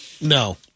No